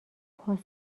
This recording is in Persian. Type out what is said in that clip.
پاسخ